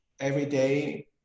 everyday